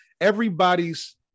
everybody's